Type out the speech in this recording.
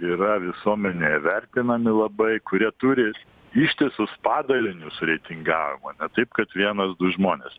yra visuomenėje vertinami labai kurie turi ištisus padalinius reitingavimo ne taip kad vienas du žmonės